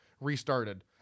restarted